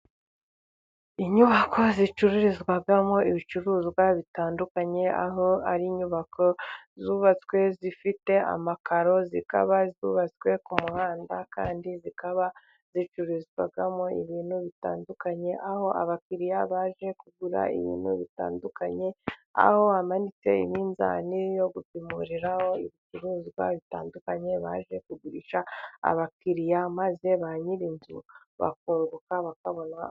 Inyubako zicururizwamo ibicuruzwa bitandukanye, aho ari inyubako zubatswe zifite amakaro, zikaba zubatswe ku muhanda kandi zikaba zicururizwagamo ibintu bitandukanye, aho abakiriya bajye kugura ibintu bitandukanye, aho amanite n'iminzani yo gupimuriraraho ibicuruzwa bitandukanye bajye kugurisha abakiriya, maze ba nyir'inzu bakunguka bakabona.